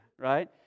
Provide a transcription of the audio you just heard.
right